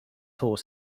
horse